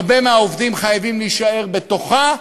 הרבה מהעובדים חייבים להישאר בתוכה,